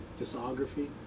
Discography